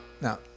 now